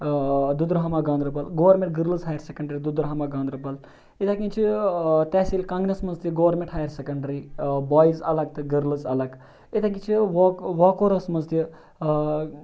Duderhama Ganderbal government girls higher secondary Duderhama Ganderbal اِتھےکٮ۪ن چھِ تحصیل کَنگنَس مَنٛز تہٕ گورمینٹ ہایَر سیٚکَنڈری بایِز اَلَگ تہٕ گٔرلٕز اَلَگ اِتھے کٮ۪ن چھِ واکوٗرَہَس مَنٛز تہِ آ